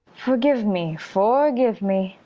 forgive me! forgive me!